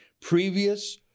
Previous